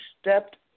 stepped